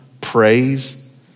praise